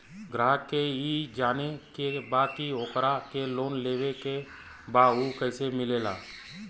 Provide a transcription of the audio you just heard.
ग्राहक के ई जाने के बा की ओकरा के लोन लेवे के बा ऊ कैसे मिलेला?